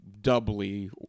doubly